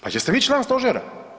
Pa jeste vi član stožera?